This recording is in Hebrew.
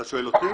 אתה שואל אותי?